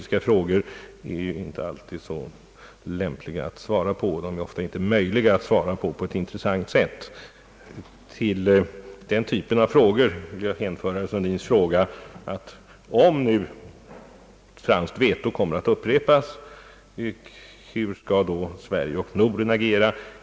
Sådana är inte alltid så lämpliga att svara på, och ofta är det heller inte möjligt att svara på dem på ett intressant sätt. Till den typen av frågor vill jag hänföra herr Sundins fråga om hur Sverige och Norden skall agera om det franska vetot kommer att upprepas.